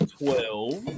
twelve